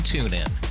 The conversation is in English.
TuneIn